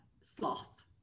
Sloth